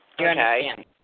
Okay